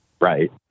Right